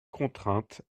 contrainte